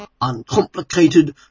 uncomplicated